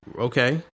Okay